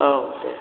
औ दे